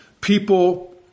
people